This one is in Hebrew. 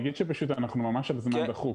אנחנו פשוט ממש על זמן דחוק,